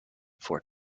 four